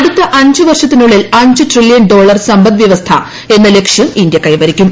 അടുത്ത അഞ്ച് വർഷത്തിനുള്ളിൽ അഞ്ച് ട്രീല്യൂൺ ഡോളർ സമ്പദ് വ്യവസ്ഥ എന്ന ലക്ഷ്യം ഇന്ത്യ കൈവരിക്കും